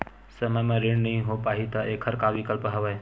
समय म ऋण नइ हो पाहि त एखर का विकल्प हवय?